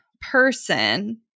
person